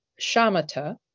shamata